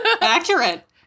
accurate